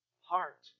heart